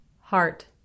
Heart